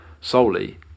solely